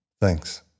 Thanks